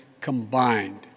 combined